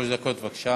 בבקשה.